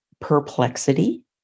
Perplexity